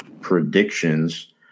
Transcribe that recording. predictions